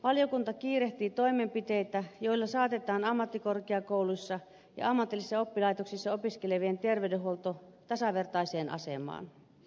valiokunta kiirehtii toimenpiteitä joilla saatetaan ammattikorkeakouluissa ja ammatillisissa oppilaitoksissa opiskelevien terveydenhuolto tasavertaiseen asemaan